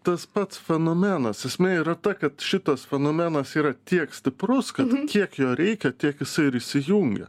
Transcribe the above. tas pats fenomenas esmė yra ta kad šitas fenomenas yra tiek stiprus kad kiek jo reikia tiek jisai ir įsijungia